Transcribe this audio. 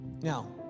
Now